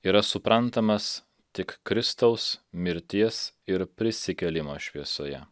yra suprantamas tik kristaus mirties ir prisikėlimo šviesoje